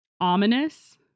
ominous